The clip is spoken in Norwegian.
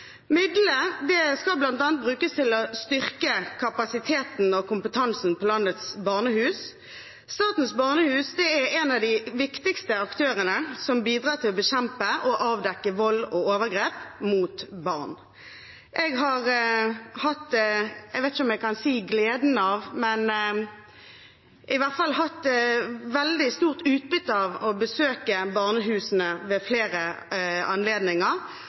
Midlene skal bl.a. brukes til å styrke kapasiteten og kompetansen på landets barnehus. Statens barnehus er en av de viktigste aktørene som bidrar til å bekjempe og avdekke vold og overgrep mot barn. Jeg vet ikke om jeg kan si jeg har hatt gleden av, men jeg har i hvert fall hatt veldig stort utbytte av å besøke barnehusene ved flere anledninger,